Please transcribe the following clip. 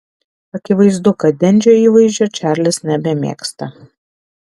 akivaizdu kad dendžio įvaizdžio čarlis nebemėgsta